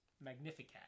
Magnificat